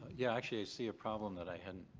yeah, actually i see a problem that i hadn't